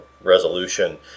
resolution